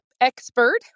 expert